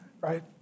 right